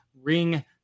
ring